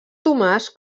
tomàs